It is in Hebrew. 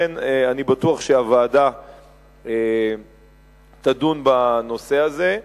אני בטוח שהוועדה תדון בנושא הזה.